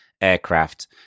aircraft